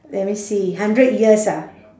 let me see hundred years ah